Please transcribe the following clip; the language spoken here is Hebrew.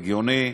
הגיוני.